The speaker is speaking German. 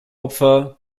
opfer